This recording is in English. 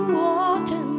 water